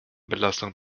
belastung